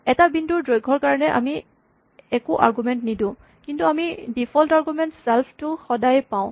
এটা বিন্দুৰ দৈৰ্ঘৰ কাৰণে আমি একো আৰগুমেন্ট নিদো কিন্তু আমি ডিফল্ট আৰগুমেন্ট ছেল্ফ টো সদায়েই পাওঁ